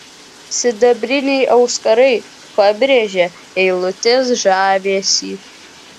sidabriniai auskarai pabrėžė eilutės žavesį